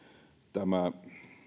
tämä